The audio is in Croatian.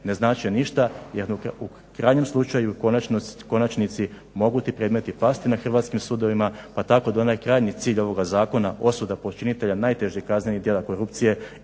ne znače ništa jer u krajnjem slučaju u konačnici mogu ti predmeti pasti na hrvatskim sudovima pa tako da onaj krajnji cilj ovoga zakona osuda počinitelja najtežih kaznenih djela korupcije